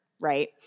right